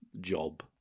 job